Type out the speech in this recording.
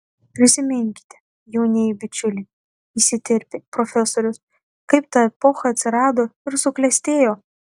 prisiminkite jaunieji bičiuliai įsiterpė profesorius kaip ta epocha atsirado ir suklestėjo